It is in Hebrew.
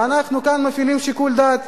ואנחנו כאן מפעילים שיקול דעת.